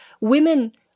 Women